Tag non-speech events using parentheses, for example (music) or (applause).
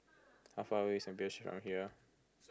how far away is (unintelligible) from here